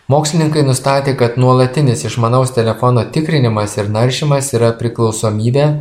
mokslininkai nustatė kad nuolatinis išmanaus telefono tikrinimas ir naršymas yra priklausomybė